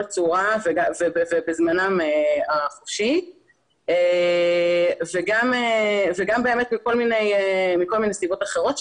צורה ובזמנם החופשי וגם באמת מכל מיני סיבות אחרות,